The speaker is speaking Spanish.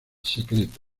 secreto